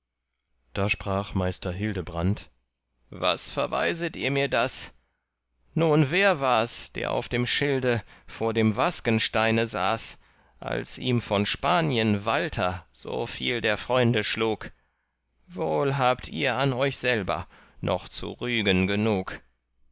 da sprach meister hildebrand was verweiset ihr mir das nun wer wars der auf dem schilde vor dem wasgensteine saß als ihm von spanien walther so viel der freunde schlug wohl habt ihr an euch selber noch zu rügen genug